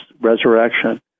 resurrection